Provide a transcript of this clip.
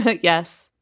Yes